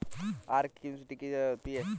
अरहर किस मिट्टी में अच्छी होती है?